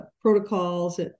protocols